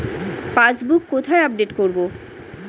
Passbook কোথায় update করব?